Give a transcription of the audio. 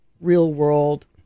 real-world